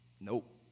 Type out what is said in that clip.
Nope